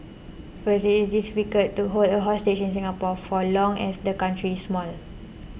first it is difficult to hold a hostage in Singapore for long as the country is small